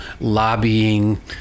lobbying